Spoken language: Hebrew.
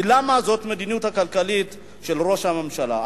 למה זו המדיניות הכלכלית של ראש הממשלה?